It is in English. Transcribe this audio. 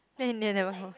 then in the end never hor